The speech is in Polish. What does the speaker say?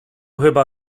chyba